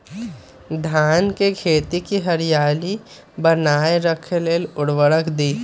धान के खेती की हरियाली बनाय रख लेल उवर्रक दी?